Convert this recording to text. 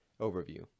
overview